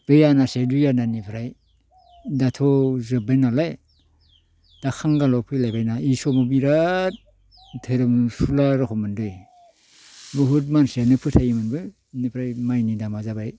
बे आनासे दुय आनानिफ्राय दाथ' जोबबाय नालाय दा खांगालाव फैलायबायना इसमाव बिराद धोरोमसुला रखम मोनदे बहुद मानसियानो फोथायोमोनबो इनिफ्राय माइनि दामा जाबाय